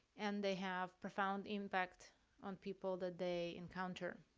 and they have profound impact on people that they encounter.